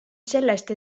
sellest